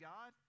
God